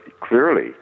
clearly